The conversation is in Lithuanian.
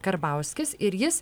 karbauskis ir jis